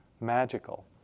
magical